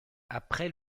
après